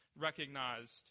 recognized